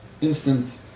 instant